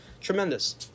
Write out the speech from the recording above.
Tremendous